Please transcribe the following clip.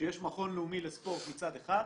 שיש מכון לאומי לספורט מצד אחד,